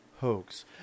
hoax